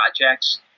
projects